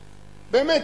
באמת,